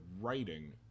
writing